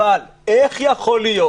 אבל איך יכול להיות